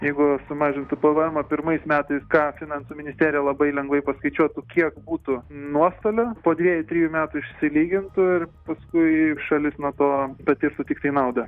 jeigu sumažintų pavėemą pirmais metais ką finansų ministerija labai lengvai paskaičiuotų kiek būtų nuostolio po dviejų trijų metų išsilygintų ir paskui šalis nuo to patirtų tiktai naudą